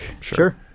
Sure